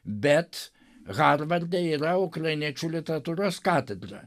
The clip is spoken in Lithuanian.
bet harvarde yra ukrainiečių literatūros katedra